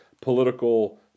political